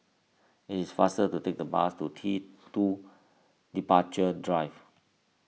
it is faster to take the bus to T two Departure Drive